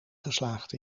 geslaagd